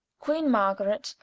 queene margaret,